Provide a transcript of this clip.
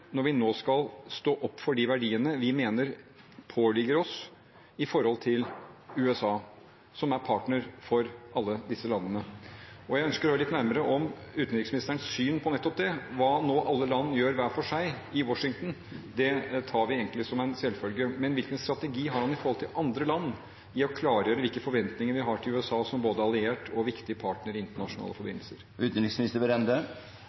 når vi nå skal stå opp for de verdiene vi mener påligger oss i forholdet til USA, som er en partner for alle disse landene. Jeg ønsker å høre litt nærmere om utenriksministerens syn på nettopp det. Hva alle land nå gjør hver for seg i Washington, tar vi egentlig som en selvfølge, men hvilken strategi har han overfor andre land for å klargjøre hvilke forventninger vi har til USA, som både alliert og viktig partner i internasjonale